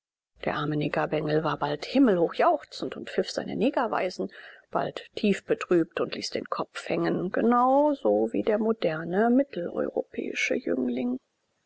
der arme negerbengel war bald himmelhoch jauchzend und pfiff seine niggerweisen bald tiefbetrübt und ließ den kopf hängen genau so wie der moderne mitteleuropäische jüngling